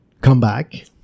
Comeback